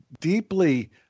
deeply